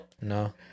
No